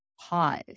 pause